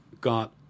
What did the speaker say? got